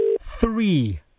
Three